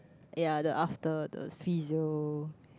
ya the after the physio~